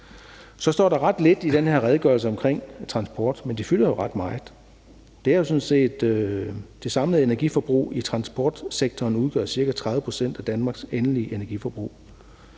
Så står der ret lidt i den her redegørelse omkring transport, men det fylder ret meget. Det samlede energiforbrug i transportsektoren udgør jo sådan set ca. 30 pct. af Danmarks endelige energiforbrug,